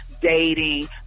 dating